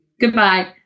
Goodbye